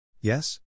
Yes